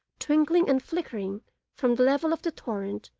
twinkling and flickering from the level of the torrent,